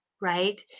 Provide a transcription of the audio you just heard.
right